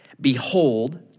Behold